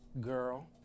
girl